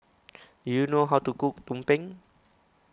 do you know how to cook Tumpeng